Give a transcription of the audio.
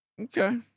Okay